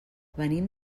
venim